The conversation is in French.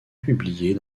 publiées